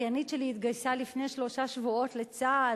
האחיינית שלי התגייסה לפני שלושה שבועות לצה"ל,